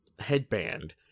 headband